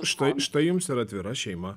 štai štai jums ir atvira šeima